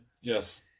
Yes